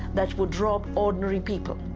that would drop ordinary people,